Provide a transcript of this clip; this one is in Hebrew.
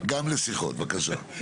גם לשיחות בבקשה.